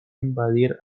invadir